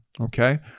Okay